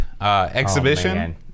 exhibition